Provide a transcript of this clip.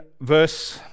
verse